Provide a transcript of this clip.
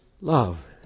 love